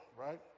right